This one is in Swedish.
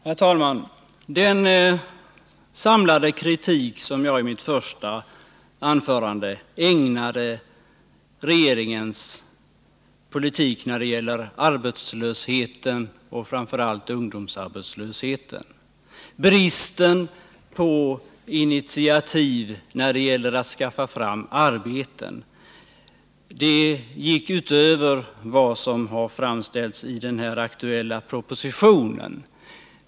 Herr talman! Den samlade kritik som jag i mitt första anförande ägnade regeringens politik när det gäller arbetslösheten, framför allt ungdomsarbetslösheten, och bristen på initiativ för att skaffa fram arbeten, gick utöver vad som har framställts i den aktuella propositionen.